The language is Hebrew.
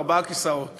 ארבעה כיסאות